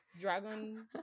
dragon